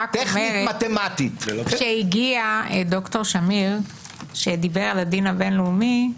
אני רק אומרת שכשהגיע ד"ר שמיר ודיבר על הדין הבין-לאומי,